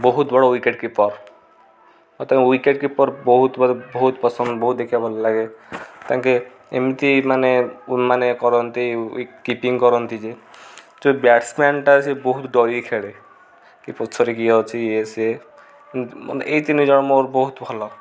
ବହୁତ ବଡ଼ wicket keeper ତାଙ୍କ ୱିକେଟ୍ କି କିପର୍ ବହୁତ ମୋତେ ବହୁତ ପସନ୍ଦ ବହୁତ ଦେଖିବାକୁ ଭଲ ଲାଗେ ତାଙ୍କେ ଏମିତି ମାନେ ମାନେ କରନ୍ତି କିପିଂ କରନ୍ତି ଯେ ତ ବ୍ୟାଟ୍ସମ୍ୟାନ୍ଟା ସେ ବହୁତ ଡରିକି ଖେଳେ କି ପଛରେ କିଏ ଅଛି ଇଏ ସିଏ ମାନେ ଏଇ ତିନି ଜଣ ମୋର ବହୁତ ଭଲ